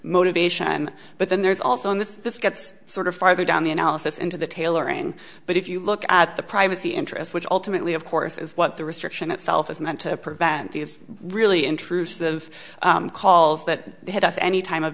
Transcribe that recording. motivation but then there's also in this this gets sort of farther down the analysis into the tailoring but if you look at the privacy interests which ultimately of course is what the restriction itself is meant to prevent these really intrusive calls that had us any time of